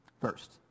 first